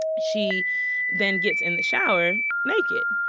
she then gets in the shower naked.